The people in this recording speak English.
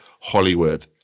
Hollywood